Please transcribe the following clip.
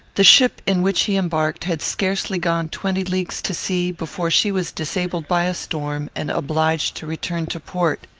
the ship in which he embarked had scarcely gone twenty leagues to sea, before she was disabled by a storm, and obliged to return to port.